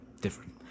different